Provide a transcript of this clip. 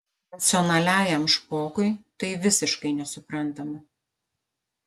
racionaliajam špokui tai visiškai nesuprantama